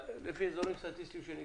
לפי אזורים סטטיסטיים שנקבעו.